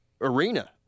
arena